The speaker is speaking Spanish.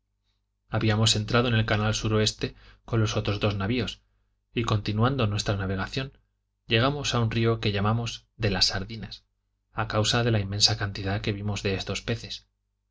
habíamos entrado en el canal suroeste con los otros dos navios y continuando nuestra navegación llegamos a un río que llamamos de las sardinas a causa de la inmensa cantidad que vimos de estos peces